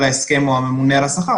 --- על ההסכם הוא הממונה על השכר,